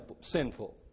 sinful